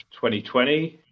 2020